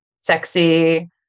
sexy